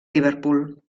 liverpool